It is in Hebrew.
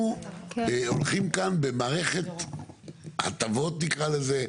אנחנו הולכים כאן במערכת הטבות נקרא לזה,